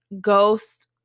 Ghost